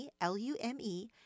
L-U-M-E